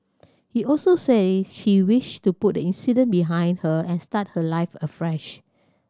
he also said she wished to put the incident behind her and start her life afresh